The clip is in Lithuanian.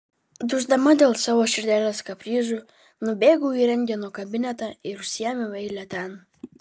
dusdama dėl savo širdelės kaprizų nubėgau į rentgeno kabinetą ir užsiėmiau eilę ten